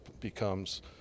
becomes